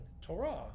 Torah